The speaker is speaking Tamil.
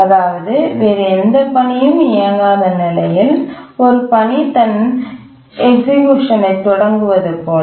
அதாவது வேறு எந்த பணியும் இயங்காத நிலையில் ஒரு பணி தன் இயக்கத்தை தொடங்குவது போல